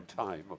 time